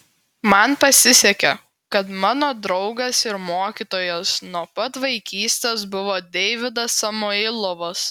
man pasisekė kad mano draugas ir mokytojas nuo pat vaikystės buvo deividas samoilovas